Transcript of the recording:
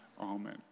Amen